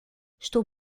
estou